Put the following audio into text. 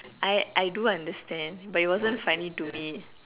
I I do understand but it wasn't funny to me